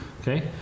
Okay